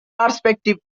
perspective